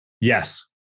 Yes